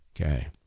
Okay